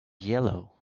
yellow